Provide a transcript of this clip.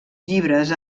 llibres